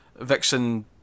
vixen